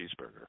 cheeseburger